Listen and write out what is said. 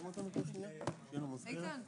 הישיבה ננעלה בשעה 15:20.